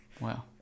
wow